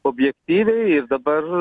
objektyviai ir dabar